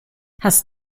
hast